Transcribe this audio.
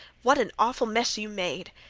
what an awful mess you made!